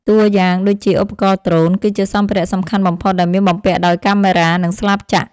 តួយ៉ាងដូចជា ឧបករណ៍ដ្រូន គឺជាសម្ភារៈសំខាន់បំផុតដែលមានបំពាក់ដោយកាមេរ៉ា និងស្លាបចក្រ។